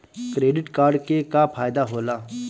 Credit card के का फायदा होला?